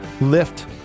lift